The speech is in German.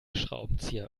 schraubenzieher